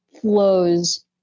flows